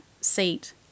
seat